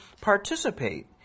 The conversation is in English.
participate